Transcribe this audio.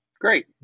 Great